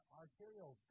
arterial